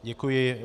Děkuji.